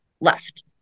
left